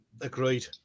agreed